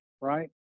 right